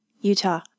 Utah